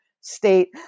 state